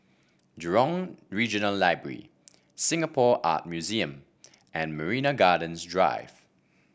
Jurong Regional Library Singapore Art Museum and Marina Gardens Drive